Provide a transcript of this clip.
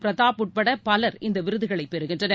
பிரதாப் உட்பட பலர் இந்த விருதுகளை பெறுகின்றனர்